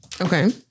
Okay